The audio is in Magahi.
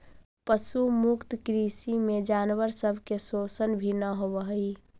पशु मुक्त कृषि में जानवर सब के शोषण भी न होब हई